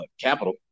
Capital